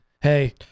hey